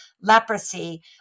leprosy